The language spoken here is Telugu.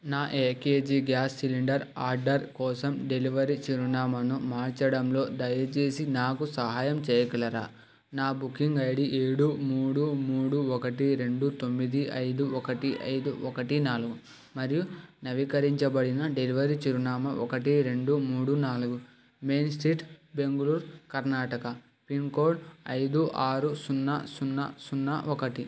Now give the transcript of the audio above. నా ఎకెజి గ్యాస్ సిలిండర్ ఆర్డర్ కోసం డెలివరీ చిరునామాను మార్చడంలో దయచేసి నాకు సహాయం చెయ్యగలరా నా బుకింగ్ ఐడి ఏడు మూడు మూడు ఒకటి రెండు తొమ్మిది ఐదు ఒకటి ఐదు ఒకటి నాలుగు మరియు నవీకరించబడిన డెలివరీ చిరునామా ఒకటి రెండు మూడు నాలుగు main street Bengaluru Karnataka pin code ఐదు ఆరు సున్నా సున్నా సున్నా ఒకటి